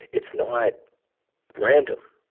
it's not random.